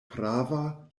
prava